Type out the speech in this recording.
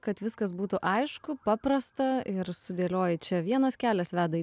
kad viskas būtų aišku paprasta ir sudėlioji čia vienas kelias veda į